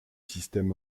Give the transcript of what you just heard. système